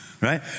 right